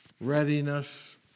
readiness